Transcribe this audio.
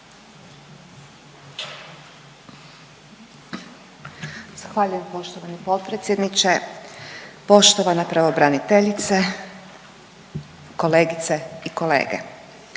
Zahvaljujem poštovani potpredsjedniče. Poštovana pravobraniteljice, kolegice i kolege,